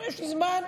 יש לי זמן.